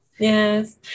Yes